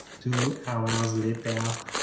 two hours late down